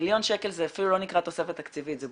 מיליון שקל זה אפילו לא נקרא תוספת תקציבית ,